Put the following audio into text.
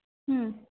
ಹ್ಞೂ